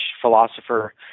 philosopher